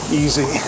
easy